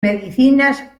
medicinas